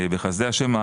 בחסדי השם,